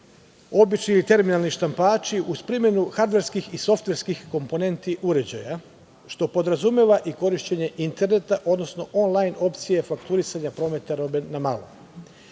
obični terminalni štampači, uz primenu hardverskih i softverskih komponenti uređaja što podrazumeva i korišćenje interneta, odnosno online opcije fakturisanja prometa robe na